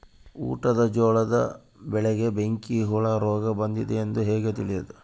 ಊಟದ ಜೋಳದ ಬೆಳೆಗೆ ಬೆಂಕಿ ಹುಳ ರೋಗ ಬಂದಿದೆ ಎಂದು ಹೇಗೆ ತಿಳಿಯುವುದು?